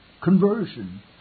Conversion